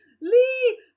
lee